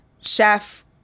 chef